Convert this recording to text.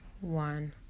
one